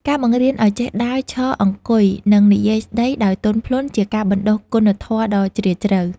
ការបង្រៀនឱ្យចេះដើរ ឈរ អង្គុយ និងនិយាយស្ដីដោយទន់ភ្លន់ជាការបណ្ដុះគុណធម៌ដ៏ជ្រាលជ្រៅ។